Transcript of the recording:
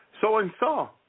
so-and-so